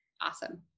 awesome